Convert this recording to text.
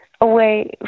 away